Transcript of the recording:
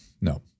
no